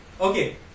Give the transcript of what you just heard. okay